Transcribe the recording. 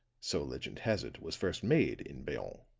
so legend has it, was first made in bayonne,